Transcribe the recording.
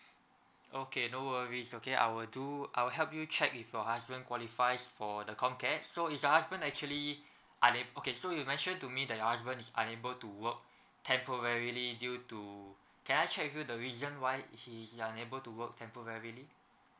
okay no worries okay I will do I will help you check if your husband qualifies for the comcare so is your husband actually unab~ okay so you mentioned to me that your husband is unable to work temporarily due to can I check with you the reason why he is unable to work temporarily